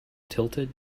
tilted